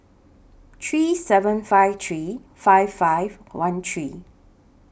three seven five three five five one three